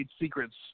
secrets